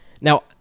Now